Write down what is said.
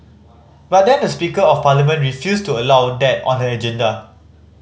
but then the speaker of parliament refused to allow that on the agenda